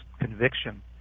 conviction